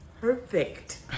perfect